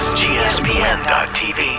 gspn.tv